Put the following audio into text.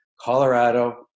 Colorado